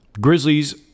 Grizzlies